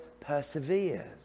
perseveres